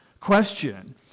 question